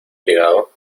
llegado